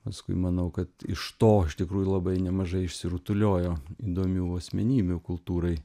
paskui manau kad iš to iš tikrųjų labai nemažai išsirutuliojo įdomių asmenybių kultūrai